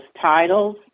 titles